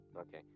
Okay